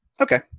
Okay